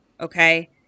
okay